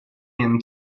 him